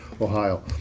Ohio